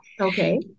okay